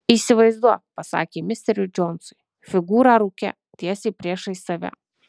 įsivaizduok pasakė misteriui džonsui figūrą rūke tiesiai priešais save